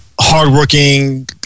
hardworking